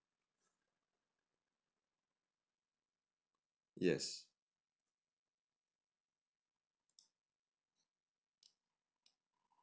yes